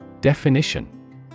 Definition